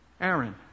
Aaron